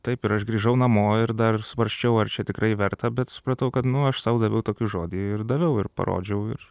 taip ir aš grįžau namo ir dar svarsčiau ar čia tikrai verta bet supratau kad nu aš sau daviau tokį žodį ir daviau ir parodžiau ir